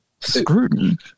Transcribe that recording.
Scrutin